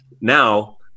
Now